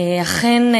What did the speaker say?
אכן,